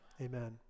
amen